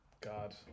God